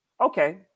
okay